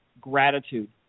gratitude